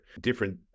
Different